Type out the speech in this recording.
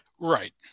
Right